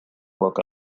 woke